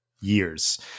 years